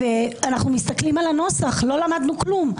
אנחנו מסתכלים על הנוסח, לא למדנו כלום.